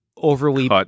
overly